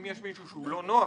אם יש מישהו שהוא לא נוח,